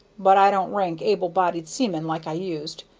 but i don't rank able-bodied seaman like i used,